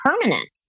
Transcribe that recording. permanent